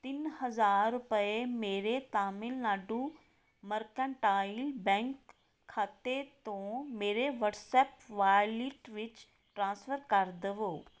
ਤਿੰਨ ਹਜ਼ਾਰ ਰੁਪਏ ਮੇਰੇ ਤਾਮਿਲਨਾਡੂ ਮਰਕੈਂਟਾਈਲ ਬੈਂਕ ਖਾਤੇ ਤੋਂ ਮੇਰੇ ਵਟਸਐਪ ਵਾਲਿਟ ਵਿੱਚ ਟ੍ਰਾਂਸਫਰ ਕਰ ਦੇਵੋ